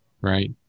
right